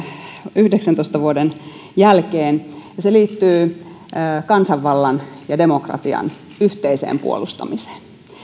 yhdeksäntoista vuoden jälkeen se liittyy kansanvallan ja demokratian yhteiseen puolustamiseen